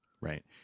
Right